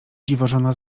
dziwożona